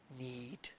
Need